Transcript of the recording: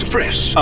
Fresh